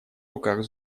руках